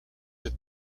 into